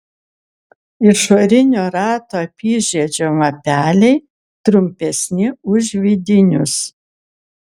išorinio rato apyžiedžio lapeliai trumpesni už vidinius